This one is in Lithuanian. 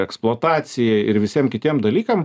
eksploatacijai ir visiem kitiem dalykam